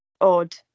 odd